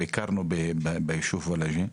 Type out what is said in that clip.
ביקרנו ביישוב וולאג'ה.